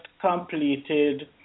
completed